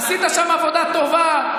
עשית שם עבודה טובה.